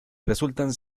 resultan